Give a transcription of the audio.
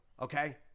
okay